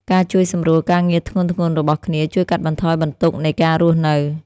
ការជួយសម្រួលការងារធ្ងន់ៗរបស់គ្នាជួយកាត់បន្ថយបន្ទុកនៃការរស់នៅ។